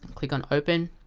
um click on open